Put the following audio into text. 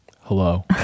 Hello